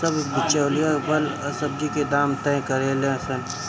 सब बिचौलिया फल आ सब्जी के दाम तय करेले सन